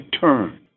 turn